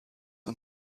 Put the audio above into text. und